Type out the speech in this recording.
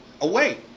away